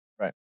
Right